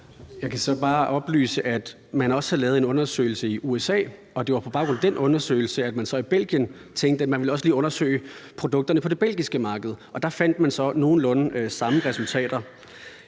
Jeg kan så bare oplyse, at man også har lavet en undersøgelse i USA, og det var på baggrund af den undersøgelse, at man så i Belgien tænkte, at man lige ville undersøge produkterne på det belgiske marked, og der fandt man så frem til nogenlunde samme resultater.